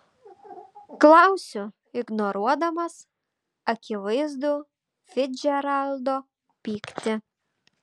klausiu ignoruodamas akivaizdų ficdžeraldo pyktį